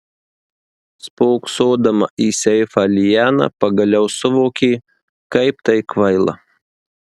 spoksodama į seifą liana pagaliau suvokė kaip tai kvaila